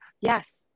yes